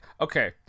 okay